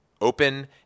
Open